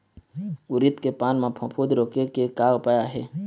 उरीद के पान म फफूंद रोके के का उपाय आहे?